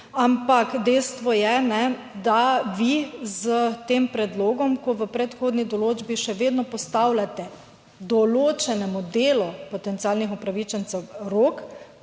ampak dejstvo je, da vi s tem predlogom, ko v predhodni določbi še vedno postavljate določenemu delu potencialnih upravičencev rok,